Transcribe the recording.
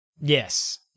Yes